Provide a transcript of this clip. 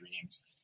dreams